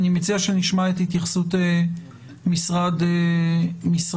אני מציע שנשמע את התייחסות משרד המשפטים,